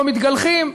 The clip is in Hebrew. לא מתגלחים.